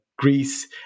Greece